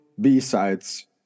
b-sides